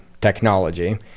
technology